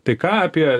tai ką apie